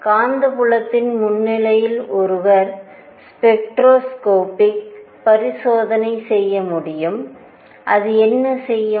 காந்தப்புலத்தின் முன்னிலையில் ஒருவர் ஸ்பெக்ட்ரோஸ்கோபிபரிசோதனை செய்ய முடியும் அது என்ன செய்யும்